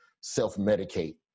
self-medicate